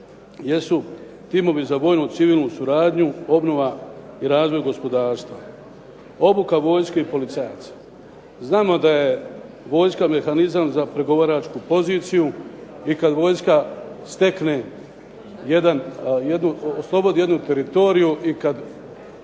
jesu timovi za vojnu, civilnu suradnju, obnova i razvoj gospodarstva, obuka vojske i policajaca. Znamo da je vojska mehanizam za pregovaračku poziciju i kad vojska stekne, oslobodi jednu teritoriju i kad